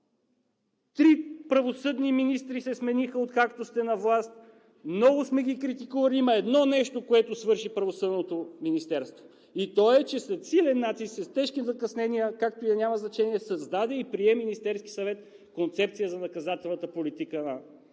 Трима правосъдни министри се смениха, откакто сте на власт, много сме ги критикували. Има едно нещо, което свърши Правосъдното министерство и то е, че след силен натиск с тежки закъснения, както и да е – няма значение, създаде и прие Министерският съвет Концепция за наказателната политика на